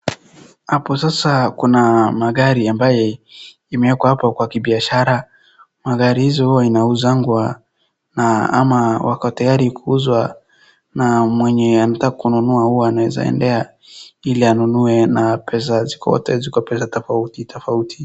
Hapo sasa kuna magari ambaye imewekwa hapo kwa kibiashara. Magari hizo huwa inauzangwa na ama wako tayari kuuzwa. Na mwenye anataka kunua huwa anaeza endea ili anunue na pesa ziko pesa tofauti tofauti.